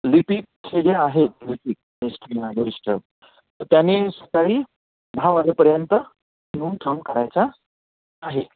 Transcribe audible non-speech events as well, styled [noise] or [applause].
लिपीकचे जे आहेत लिपीक [unintelligible] तर त्यांनी सकाळी दहा वाजेपर्यंत नोंद ठेवून करायचा आहे